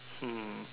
hmm